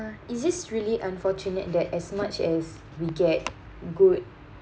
is this really unfortunate that as much as we get good